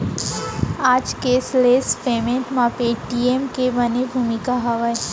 आज cashless payment म Paytm के बने भूमिका हावय